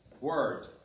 Word